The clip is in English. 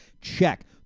Check